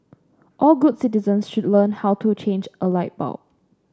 all good citizens should learn how to change a light bulb